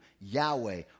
Yahweh